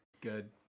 Good